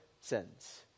sins